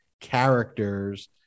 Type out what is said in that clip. characters